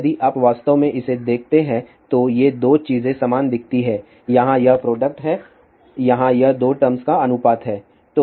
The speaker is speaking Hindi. यदि आप वास्तव में इसे देखते हैं तो ये दो चीजें समान दिखती हैं यहां यह प्रोडक्ट है यहां यह दो टर्म्स का अनुपात है